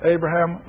Abraham